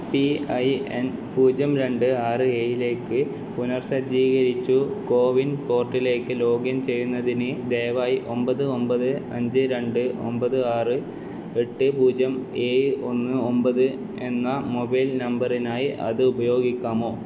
ഞാൻ എൻ്റെ M P I N പൂജ്യം രണ്ട് ആറ് ഏഴിലേക്ക് പുനർസജ്ജീകരിച്ചു കോവിൻ പോർട്ടലിലേക്ക് ലോഗിൻ ചെയ്യുന്നതിന് ദയവായി ഒമ്പത് ഒമ്പത് അഞ്ച് രണ്ട് ഒമ്പത് ആറ് എട്ട് പൂജ്യം ഏഴ് ഒന്ന് ഒമ്പത് എന്ന മൊബൈൽ നമ്പറിനായി അത് ഉപയോഗിക്കാമോ